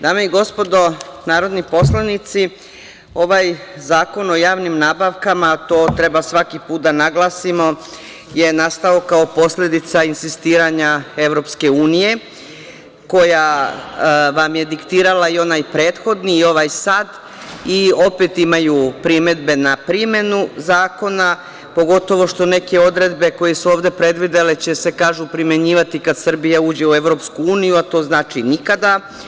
Dame i gospodo narodni poslanici, ovaj Zakon o javnim nabavkama, to treba svaki put da naglasimo, je nastao kao posledica insistiranja EU, koja vam je diktirala i onaj prethodni i ovaj sad i opet imaju primedbu na primenu Zakona, pogotovo što neke odredbe koje su ovde predvidele će se, kažu, primenjivati kad Srbija uđe u EU, a to znači nikada.